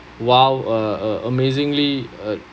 !wow! uh uh amazingly